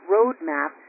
Roadmap